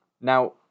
Now